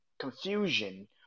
confusion